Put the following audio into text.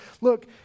look